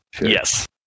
yes